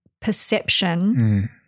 perception